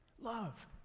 love